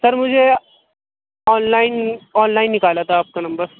سر مجھے online online نکالا تھا آپ کا نمبر